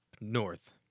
north